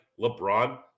LeBron